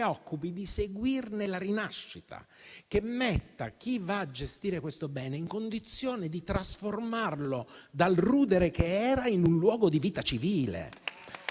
preoccupi di seguirne la rinascita, che metta chi va a gestirlo in condizioni di trasformarlo dal rudere che era in un luogo di vita civile.